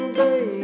baby